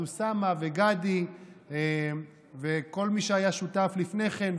אז אוסאמה וגדי וכל מי שהיה שותף לפני כן,